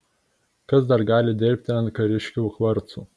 kas dar gali dirbti ant kariškių kvarcų